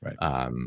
right